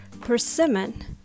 persimmon